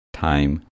Time